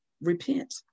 repent